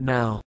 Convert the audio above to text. Now